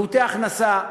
מעוטי הכנסה,